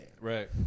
Right